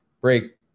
break